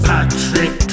Patrick